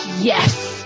yes